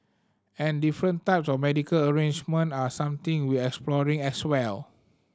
and different types of medical arrangement are something we exploring as well